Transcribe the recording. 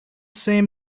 same